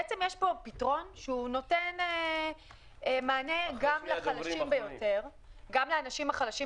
בעצם יש פה פתרון שנותן מענה גם לאנשים החלשים